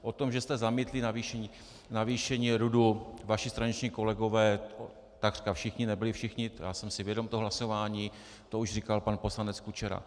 O tom, že jste zamítli navýšení RUD, vaši straničtí kolegové, takřka všichni, nebyli všichni, já jsem si vědom toho hlasování, to už říkal pan poslanec Kučera.